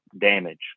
damage